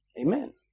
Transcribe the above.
Amen